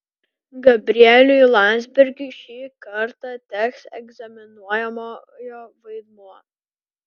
gabrieliui landsbergiui šį kartą teks egzaminuojamojo vaidmuo